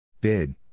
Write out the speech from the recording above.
Bid